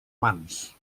mans